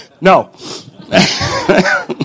No